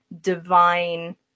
divine